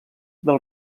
del